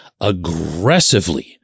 aggressively